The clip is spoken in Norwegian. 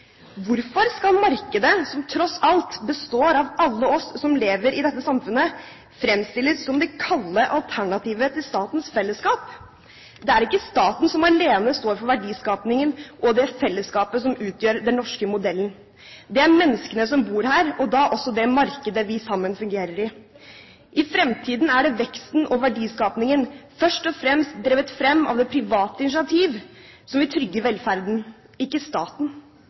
Hvorfor skal markedet, som tross alt består av alle oss som lever i dette samfunnet, fremstilles som det kalde alternativet til statens fellesskap? Det er ikke staten alene som står for verdiskapingen og det fellesskapet som utgjør den norske modellen. Det er menneskene som bor her, og da også det markedet vi sammen fungerer i. I fremtiden er det veksten og verdiskapingen, først og fremst drevet fram av det private initiativ, som vil trygge velferden – ikke staten.